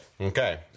Okay